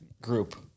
group